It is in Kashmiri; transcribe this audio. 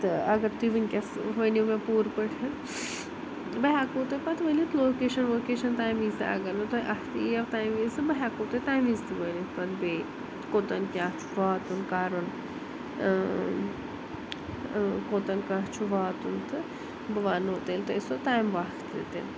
تہٕ اگر تُہۍ وُنکیٚس ؤنِو مےٚ پوٗرٕ پٲٹھۍ بہٕ ہیٚکو توہہِ پتہٕ ؤنِتھ لوکیشَن ووکیشَن تَمہِ وِزِ تہِ اگر نہٕ تۄہہِ اَتھہِ یِیُو تٔمہِ وِزِ بہٕ ہیٚکو توہہِ تَمہِ وِزِ تہِ ؤنِتھ بیٚیہِ کوتَن کیٛاہ چھُ واتُن کَرُن ٲں ٲں کوتَن کیٛاہ چھُ واتُن تہٕ بہٕ وَنو تیٚلہِ توہہِ سُہ تَمہِ وقتہٕ تہِ